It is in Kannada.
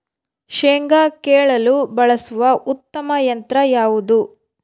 ಶೇಂಗಾ ಕೇಳಲು ಬಳಸುವ ಉತ್ತಮ ಯಂತ್ರ ಯಾವುದು?